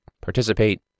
participate